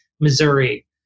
Missouri